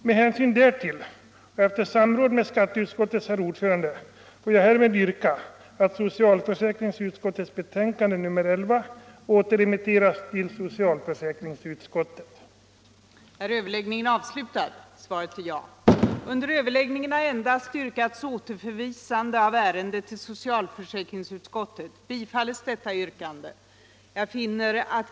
Med hänsyn därtill och efter samråd med skatteutskottets ordförande får jag härmed yrka att socialförsäkringsutskottets betänkande nr 11 återremitteras till socialförsäkringsutskottet.